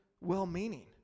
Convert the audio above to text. well-meaning